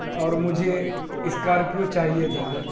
اور مجھے اسکارپیو چاہیے تھا